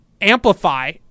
amplify